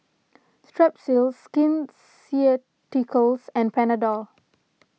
Strepsils Skin Ceuticals and Panadol